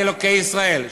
ה' אלוקי ואלוקי ישראל,